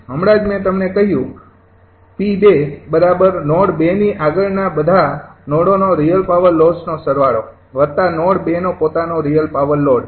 હમણાં જ મેં તમને કહ્યું 𝑃૨નોડ ૨ ની આગળના બધા નોડો નો રિયલ પાવર લોડ્સનો સરવાળો વત્તા નોડ ૨ નો પોતાનો રિયલ પાવર લોડ